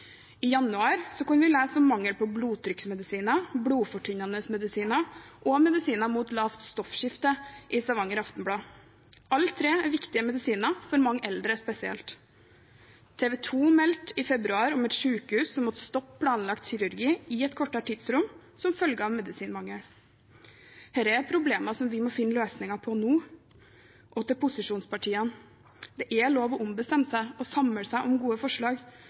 i mangelperioden. I januar kunne vi i Stavanger Aftenblad lese om mangel på blodtrykksmedisiner, blodfortynnende medisiner og medisiner mot lavt stoffskifte. Alle tre er viktige medisiner, spesielt for mange eldre. TV 2 meldte i februar om et sykehus som måtte stoppe planlagt kirurgi i et kortere tidsrom som følge av medikamentmangel. Dette er problemer vi må finne løsninger på nå. Til posisjonspartiene: Det er lov å ombestemme seg og samle seg om gode forslag